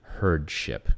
herdship